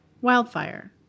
wildfire